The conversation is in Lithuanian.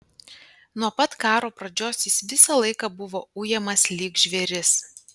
nuo pat karo pradžios jis visą laiką buvo ujamas lyg žvėris